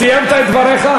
סיימת את דבריך?